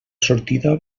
sortida